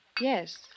Yes